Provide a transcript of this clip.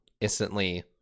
instantly